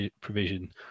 provision